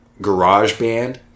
GarageBand